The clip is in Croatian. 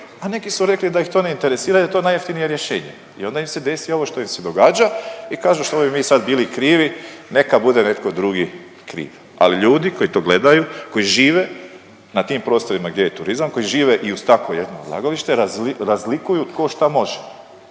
a neki su rekli da ih to ne interesira jer je to najjeftinije rješenje i onda im se desi ovo što im se događa i kažu, što bi mi sad bili krivi, neka bude netko drugi kriv. Ali ljudi koji to gledaju, koji žive na tim prostorima gdje je turizam, koji žive i uz takvo jedno odlagalište, razlikuju tko šta može.